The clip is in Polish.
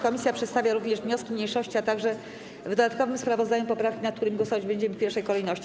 Komisja przedstawia również wnioski mniejszości, a także w dodatkowym sprawozdaniu poprawki, nad którymi głosować będziemy w pierwszej kolejności.